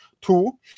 Two